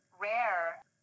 rare